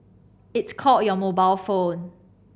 it's called your mobile phone